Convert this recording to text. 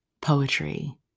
Poetry